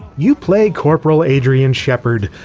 you play corporal adrian shephard,